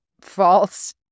false